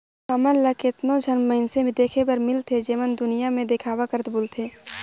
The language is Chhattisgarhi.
हमन ल केतनो झन मइनसे देखे बर मिलथें जेमन दुनियां में देखावा करत बुलथें